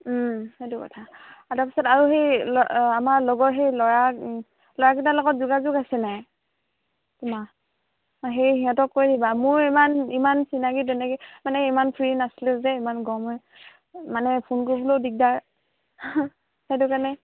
সেইটো কথা আ তাৰপিছত আৰু সেই আমাৰ লগৰ সেই ল'ৰা ল'ৰাকেইটাৰ লগত যোগাযোগ আছে নাই তোমাৰ সেই সিহঁতক কৈ দিবা মোৰ ইমান ইমান চিনাকি তেনেকৈ মানে ইমান ফ্ৰী নাছিলো যে ইমান গমে মানে ফোন কৰিবলেও দিগদাৰ সেইটো কাৰণে